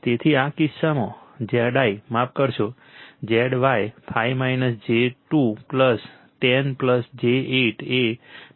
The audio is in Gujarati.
તેથી આ કિસ્સામાં Zi માફ કરશો Zy 5 j 2 10 j 8 એ 15 j 6 Ω છે